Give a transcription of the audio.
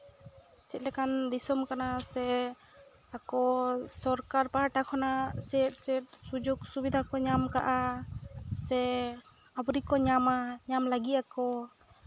ᱪᱮᱫ ᱞᱮᱠᱟᱱ ᱫᱤᱥᱚᱢ ᱠᱟᱱᱟ ᱥᱮ ᱟᱠᱚ ᱥᱚᱨᱠᱟᱨ ᱯᱟᱦᱴᱟ ᱠᱷᱚᱱᱟᱜ ᱪᱮᱫ ᱪᱮᱫ ᱥᱩᱡᱳᱜᱽ ᱥᱩᱵᱤᱫᱷᱟ ᱠᱚ ᱧᱟᱢ ᱠᱟᱫᱟ ᱥᱮ ᱟᱣᱨᱤ ᱠᱚ ᱧᱟᱢᱟ ᱧᱟᱢ ᱞᱟᱹᱜᱤᱫ ᱟᱠᱚ